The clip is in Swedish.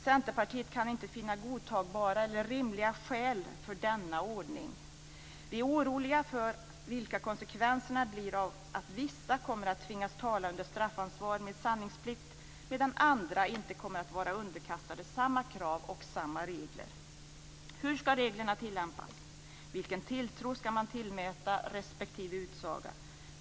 Centerpartiet kan inte finna godtagbara eller rimliga skäl för denna ordning. Vi är oroliga för vilka konsekvenserna blir av att vissa kommer att tvingas tala under straffansvar med sanningsplikt medan andra inte kommer att vara underkastade samma krav och samma regler. Hur ska reglerna tillämpas? Vilken tilltro ska man tillmäta respektive utsaga?